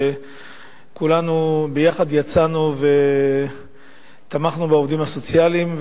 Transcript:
וכולנו ביחד יצאנו ותמכנו בעובדים הסוציאליים,